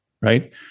right